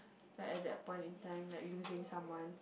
like at that point in time like losing someone